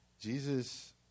Jesus